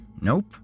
nope